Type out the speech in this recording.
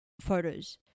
photos